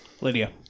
Lydia